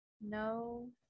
no